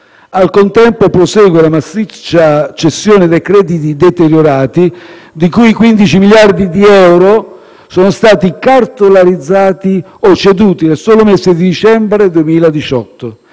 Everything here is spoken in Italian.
Al contempo, prosegue la massiccia cessione dei crediti deteriorati, dei quali 15 miliardi di euro sono stati cartolarizzati o ceduti nel solo mese di dicembre 2018.